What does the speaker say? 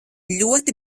ļoti